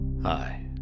Hi